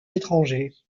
étrangers